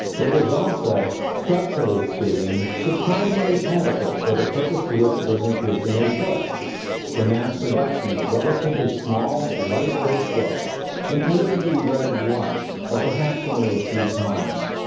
it was also, structurally speaking, surprisingly adequate for the purpose to which it was increasingly put the mass production of relatively small, lightweight books intended to be read once, or perhaps only a few times.